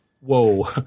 whoa